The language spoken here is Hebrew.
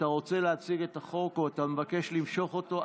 אתה רוצה להציג את החוק או אתה מבקש למשוך אותו?